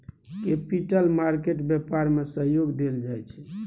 capital market व्यापार में सहयोग देल जाइ छै